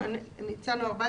אנחנו הצענו 14 ימים.